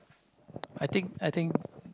I think I think